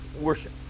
worship